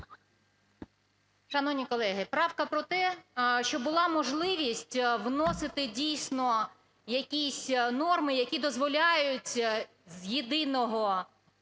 Шановні колеги, правка про те, щоб була можливість вносити дійсно якісь норми, які дозволяють з єдиного